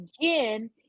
again